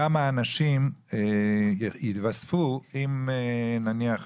כמה אנשים יתווספו אם נניח